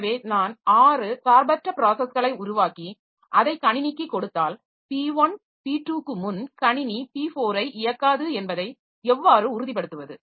எனவே நான் 6 சார்பற்ற ப்ராஸஸ்களை உருவாக்கி அதை கணினிக்குக் கொடுத்தால் P1 P2 க்கு முன் கணினி P4 ஐ இயக்காது என்பதை எவ்வாறு உறுதிப்படுத்துவது